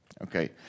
Okay